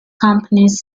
companies